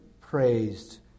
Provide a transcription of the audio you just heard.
praised